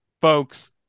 folks